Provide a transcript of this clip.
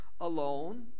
alone